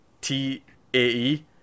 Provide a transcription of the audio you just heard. T-A-E